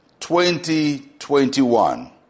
2021